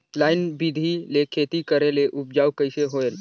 Line बिधी ले खेती करेले उपजाऊ कइसे होयल?